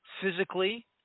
physically